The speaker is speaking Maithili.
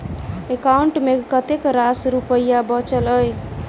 एकाउंट मे कतेक रास रुपया बचल एई